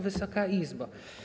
Wysoka Izbo!